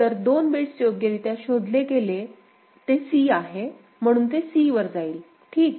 तर 2 बिट्स योग्यरित्या शोधले गेले ते c आहे म्हणून ते c वर जाईल ठीक